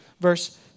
verse